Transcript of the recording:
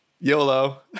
YOLO